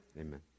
Amen